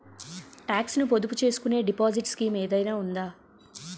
Talks ను పొదుపు చేసుకునే డిపాజిట్ స్కీం ఏదైనా ఉందా?